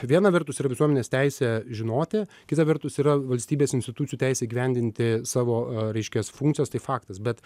viena vertus yra visuomenės teisė žinoti kita vertus yra valstybės institucijų teisei įgyvendinti savo a reiškias funkcijas tai faktas bet